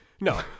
no